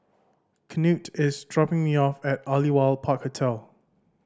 Knute is dropping me off at Aliwal Park Hotel